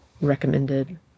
recommended